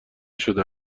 شده